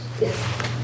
Yes